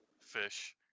fish